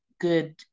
good